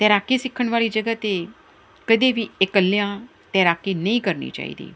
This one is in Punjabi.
ਤੈਰਾਕੀ ਸਿੱਖਣ ਵਾਲੀ ਜਗ੍ਹਾ 'ਤੇ ਕਦੇ ਵੀ ਇਕੱਲਿਆਂ ਤੈਰਾਕੀ ਨਹੀਂ ਕਰਨੀ ਚਾਹੀਦੀ